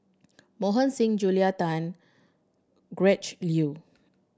Mohan Singh Julia Tan Gretchen Liu